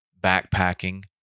backpacking